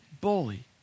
bully